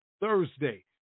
Thursday